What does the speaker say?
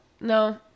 no